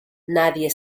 nadie